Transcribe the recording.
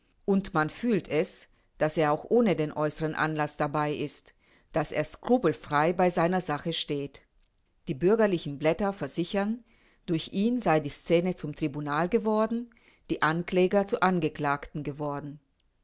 u man fühlt es daß er auch ohne den äußern anlaß dabei ist daß er skrupelfrei bei seiner sache steht die bürgerl blätter versichern durch ihn sei die scene zum tribunal geworden die ankläger zu angeklagten geworden